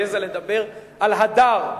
והעזה לדבר על "הדר"